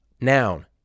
noun